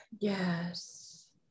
Yes